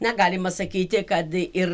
na galima sakyti kad ir